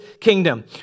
kingdom